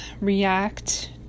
react